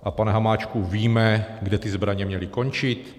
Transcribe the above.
A pane Hamáčku, víme, kde ty zbraně měly končit?